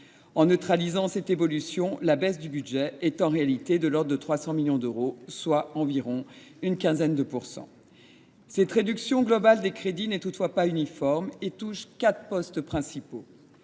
En neutralisant cette évolution, la baisse du budget est en réalité de l’ordre de 300 millions d’euros, soit environ 15 %. Toutefois, cette réduction globale des crédits n’est pas uniforme. Elle touche quatre postes principaux